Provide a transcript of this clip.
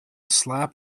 slap